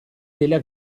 tela